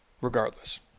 regardless